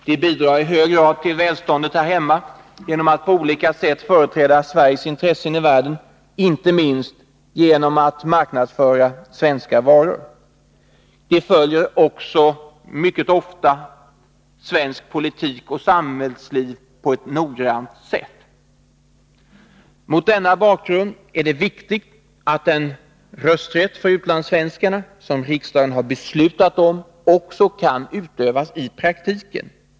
De bidrar i hög grad till välståndet här hemma genom att på olika sätt företräda Sveriges intressen i världen, inte minst genom att marknadsföra svenska varor. De följer också mycket ofta svensk politik och svenskt samhällsliv på ett noggrant sätt. Mot den bakgrunden är det viktigt att den rösträtt för utlandssvenskarna som riksdagen har beslutat om också kan utövas i praktiken.